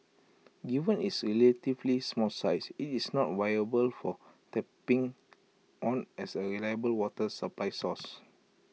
given its relatively small size IT is not viable for tapping on as A reliable water supply source